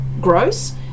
gross